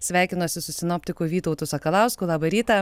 sveikinuosi su sinoptiku vytautu sakalausku labą rytą